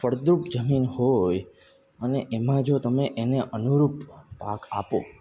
ફળદ્રુપ જમીન હોય અને એમાં જો તમે એને અનુરૂપ પાક આપો